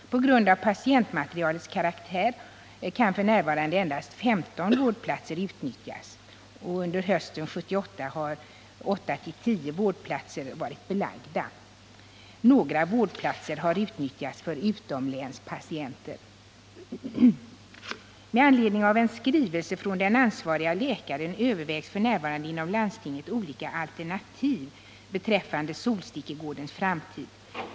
På grund av patientmaterialets karaktär kan f. n. endast 15 vårdplatser utnyttjas. Under hösten 1978 har 8-10 vårdplatser varit belagda. Några vårdplatser har utnyttjats för utomlänspatienter. Med anledning av en skrivelse från den ansvarige läkaren övervägs f. n. inom landstinget olika alternativ beträffande Solstickegårdens framtid.